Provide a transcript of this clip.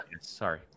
Sorry